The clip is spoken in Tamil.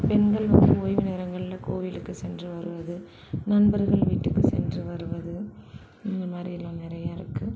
பெண்கள் வந்து ஓய்வு நேரங்களில் கோவிலுக்கு சென்று வருவது நண்பர்கள் வீட்டுக்கு சென்று வருவது இந்த மாதிரி எல்லாம் நிறையா இருக்கு